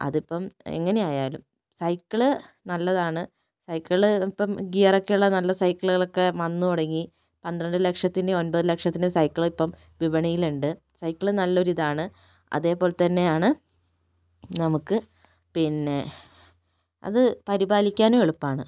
അതിപ്പം എങ്ങനെ ആയാലും സൈക്കിള് നല്ലതാണ് സൈക്കിള് ഇപ്പം ഗിയർ ഒക്കെ ഉള്ള നല്ല സൈക്കിൾ ഒക്കെ വന്ന് തുടങ്ങി പന്ത്രണ്ട് ലക്ഷത്തിൻ്റെയും ഒമ്പത് ലക്ഷത്തിൻ്റെയും സൈക്കിൾ ഇപ്പം വിപണിയിൽ ഉണ്ട് സൈക്കിൾ നല്ലൊരു ഇതാണ് അതേപോലെ തന്നെയാണ് നമുക്ക് പിന്നെ അത് പരിപാലിക്കാനും എളുപ്പമാണ്